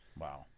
Wow